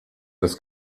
das